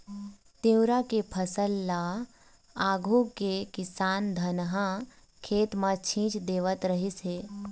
तिंवरा के फसल ल आघु के किसान धनहा खेत म छीच देवत रिहिस हे